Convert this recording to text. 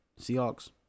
Seahawks